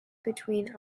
between